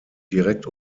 direkt